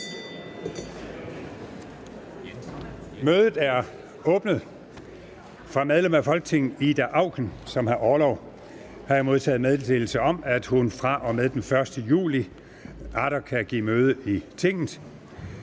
Mødet er åbnet. Fra medlem af Folketinget Ida Auken, som har orlov, har jeg modtaget meddelelse om, at hun fra og med den 1. juli atter kan give møde i Tinget.